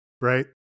right